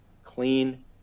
clean